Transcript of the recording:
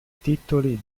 titoli